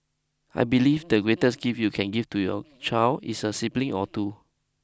I believe the greatest gift you can give to your child is a sibling or two